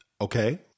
Okay